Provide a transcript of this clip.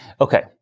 Okay